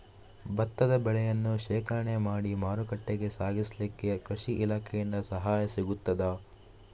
ಭತ್ತದ ಬೆಳೆಯನ್ನು ಶೇಖರಣೆ ಮಾಡಿ ಮಾರುಕಟ್ಟೆಗೆ ಸಾಗಿಸಲಿಕ್ಕೆ ಕೃಷಿ ಇಲಾಖೆಯಿಂದ ಸಹಾಯ ಸಿಗುತ್ತದಾ?